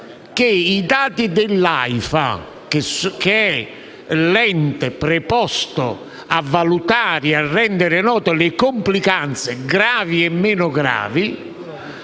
i dati dell'Aifa, che è l'ente preposto a valutare e a rendere note le complicanze gravi e meno gravi,